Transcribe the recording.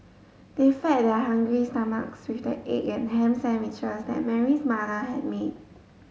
they fed their hungry stomachs with the egg and ham sandwiches that Mary's mother had made